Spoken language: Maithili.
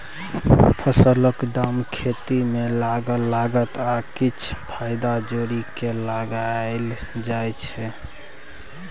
फसलक दाम खेती मे लागल लागत आ किछ फाएदा जोरि केँ लगाएल जाइ छै